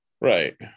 Right